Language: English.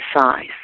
size